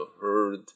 heard